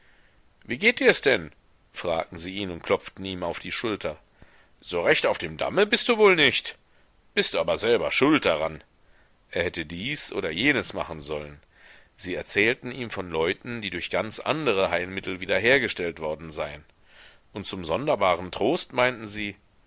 wie geht dirs denn fragten sie ihn und klopften ihm auf die schulter so recht auf dem damme bist du wohl nicht bist aber selber schuld daran er hätte dies oder jenes machen sollen sie erzählten ihm von leuten die durch ganz andere heilmittel wiederhergestellt worden seien und zum sonderbaren trost meinten sie